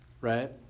right